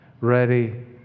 ready